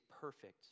perfect